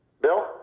Bill